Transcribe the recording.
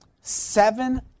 Seven